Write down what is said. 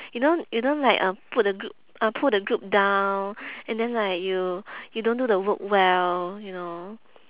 you don't you don't like uh put the group uh pull the group down and then like you you don't do the work well you know